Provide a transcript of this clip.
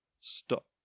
Stop